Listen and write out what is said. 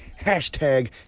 hashtag